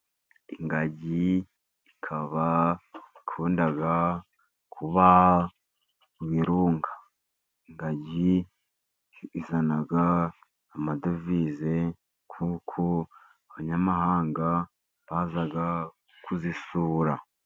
Ingagi ikaba ikunda kuba mu birunga, ingagi izana amadovize kuko abanyamahanga baza kuzisura.